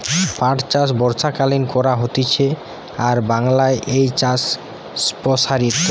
পাট চাষ বর্ষাকালীন করা হতিছে আর বাংলায় এই চাষ প্সারিত